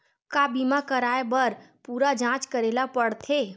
का बीमा कराए बर पूरा जांच करेला पड़थे?